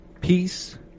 peace